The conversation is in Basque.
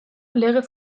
legez